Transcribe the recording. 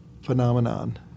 phenomenon